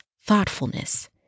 thoughtfulness